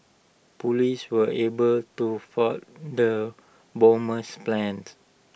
Police were able to foil the bomber's plants